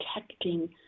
protecting